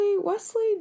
Wesley